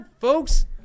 folks